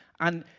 and,